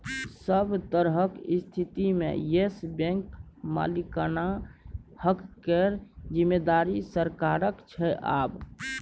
सभ तरहक स्थितिमे येस बैंकक मालिकाना हक केर जिम्मेदारी सरकारक छै आब